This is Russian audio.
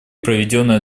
проведенное